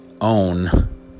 own